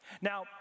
Now